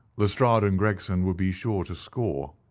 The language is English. lestrade and gregson would be sure to score.